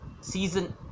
season